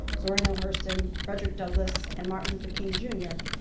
zora neale hurston, frederick douglass and martin luther king, jr.